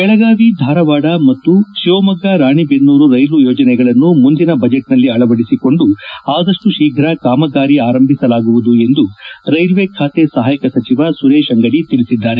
ಬೆಳಗಾವಿ ಧಾರವಾಡ ಮತ್ತು ತಿವಮೊಗ್ಗ ರಾಣೆಬೆನ್ನೂರು ರೈಲು ಯೋಜನೆಗಳನ್ನು ಮುಂದಿನ ಬಜೆಟ್ನಲ್ಲಿ ಅಳವಡಿಸಿಕೊಂಡು ಆದಪ್ಪು ಶೀಘ್ರ ಕಾಮಗಾರಿ ಆರಂಭಿಸಲಾಗುವುದು ಎಂದು ರೈಲ್ವೆ ಖಾತೆ ಸಹಾಯಕ ಸಚಿವ ಸುರೇಶ್ ಅಂಗಡಿ ತಿಳಿಸಿದ್ದಾರೆ